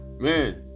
man